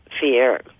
Fear